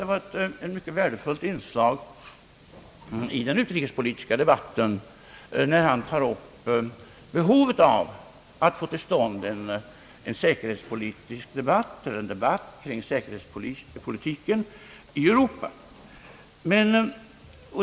Det var ett mycket värdefullt inslag i den utrikespolitiska debatten, tror jag, när han starkt markerade behovet att få till stånd en debatt kring säkerhetspolitiken i Europa.